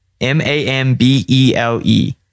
m-a-m-b-e-l-e